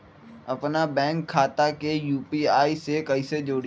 अपना बैंक खाता के यू.पी.आई से कईसे जोड़ी?